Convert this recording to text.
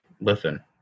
listen